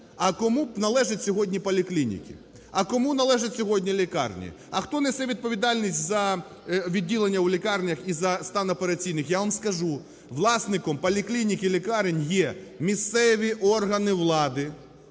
а кому належать сьогодні поліклініки, а кому належать сьогодні лікарні, а хто несе відповідальність за відділення у лікарнях і за стан операційних? Я вам скажу: власником поліклінік і лікарень є місцеві органи влади,